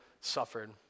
suffered